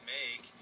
make